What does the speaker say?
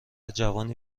جوانی